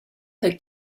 her